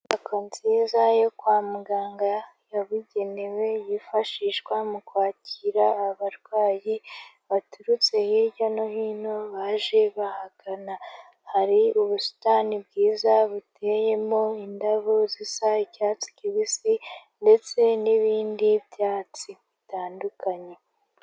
Inyubako nziza yo kwa muganga yabugenewe yifashishwa mu kwakira abarwayi baturutse hirya no hino baje bahagana. Hari ubusitani bwiza buteyemo indabo zisa icyatsi kibisi ndetse n'ibindi byatsi. Bitandukanye.